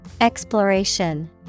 Exploration